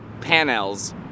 panels